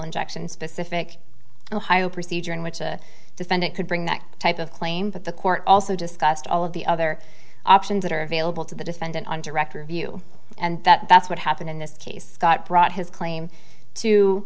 injection specific ohio procedure in which a defendant could bring that type of claim but the court also discussed all of the other options that are available to the defendant on director view and that's what happened in this case got brought his claim to